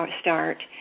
start